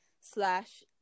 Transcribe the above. slash